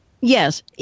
Yes